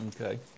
Okay